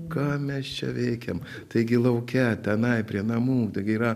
ką mes čia veikiam taigi lauke tenai prie namų yra